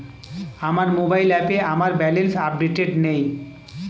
আমার মোবাইল অ্যাপে আমার ব্যালেন্স আপডেটেড নেই